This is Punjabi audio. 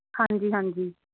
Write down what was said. ਹਾਂਜੀ ਹਾਂਜੀ